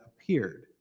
appeared